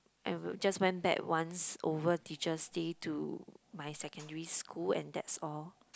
I w~ just went back once over Teacher's Day to my secondary school and that's all